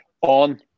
on